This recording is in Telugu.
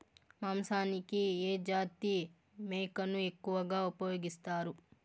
మాంసానికి ఏ జాతి మేకను ఎక్కువగా ఉపయోగిస్తారు?